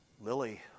Lily